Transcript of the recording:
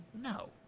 No